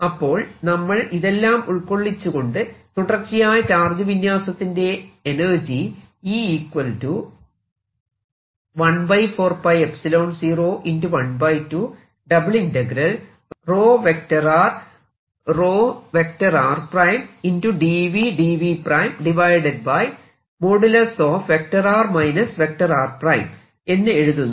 അപ്പോൾ നമ്മൾ ഇതെല്ലാം ഉൾകൊള്ളിച്ചുകൊണ്ട് തുടർച്ചയായ ചാർജ് വിന്യാസത്തിന്റെ എനർജി എന്ന് എഴുതുന്നു